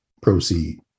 proceed